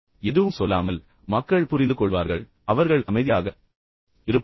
எனவே எதுவும் சொல்லாமல் மக்கள் உடனடியாக புரிந்துகொள்வார்கள் பின்னர் அவர்கள் அமைதியாக இருப்பார்கள்